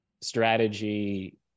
strategy